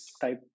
type